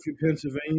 Pennsylvania